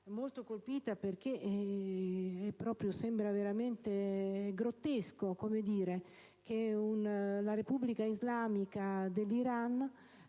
molto colpita. Sembra veramente grottesco che la Repubblica islamica dell'Iran,